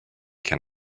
can